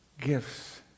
gifts